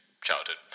childhood